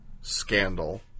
scandal